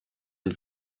une